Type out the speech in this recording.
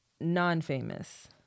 non-famous